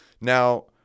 Now